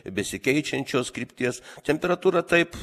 besikeičiančios krypties temperatūra taip